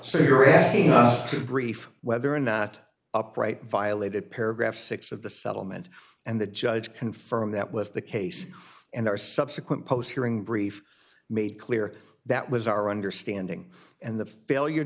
brief whether or not upright violated paragraph six of the settlement and the judge confirmed that was the case and our subsequent post hearing brief made clear that was our understanding and the failure